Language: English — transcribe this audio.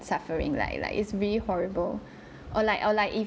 suffering like like it's really horrible or like or like if